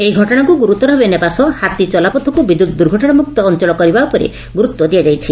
ଏହି ଘଟଣାକୁ ଗୁରୁତର ଭାବେ ନେବା ସହ ହାତୀ ଚଲାପଥକୁ ବିଦ୍ୟତ୍ ଦୁର୍ଘଟଶାମୁକ୍ତ ଅଅଳ କରିବା ଉପରେ ଗୁରୁତ୍ୱ ଦିଆଯାଇଛି